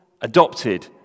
adopted